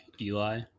Eli